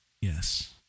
Yes